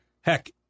Heck